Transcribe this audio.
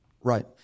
Right